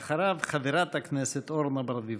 ואחריו, חברת הכנסת אורנה ברביבאי.